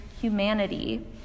humanity